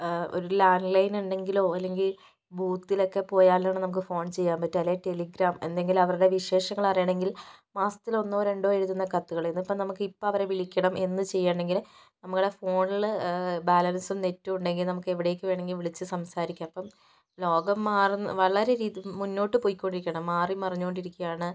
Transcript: ഒരു landline ഉണ്ടെങ്കിലോ അല്ലെങ്കിൽ ബൂത്തിൽ ഒക്കെ പോയാൽ ആണ് നമുക്ക് ഫോൺ ചെയ്യാൻ പറ്റൂ അല്ലെങ്കിൽ ടെലിഗ്രാം എന്തെങ്കിലും അവരുടെ വിശേഷങ്ങൾ അറിയണമെങ്കിൽ മാസത്തിൽ ഒന്നോ രണ്ടോ എഴുതുന്ന കത്തുകൾ ഇന്നിപ്പോൾ ഇപ്പോൾ അവരെ വിളിക്കാം എന്ത് ചെയ്യണമെങ്കിലും നമ്മുടെ ഫോണില് ബാലൻസും നെറ്റ് ഉണ്ടെങ്കിൽ നമുക്ക് എവിടേക്ക് വേണമെങ്കിലും വിളിച്ച് സംസാരിക്കാം അപ്പം ലോകം മാറു വളരെ മുന്നോട്ടു പോയിക്കൊണ്ടിരിക്കുകയാണ് മാറിമറിഞ്ഞു കൊണ്ടിരിക്കുകയാണ്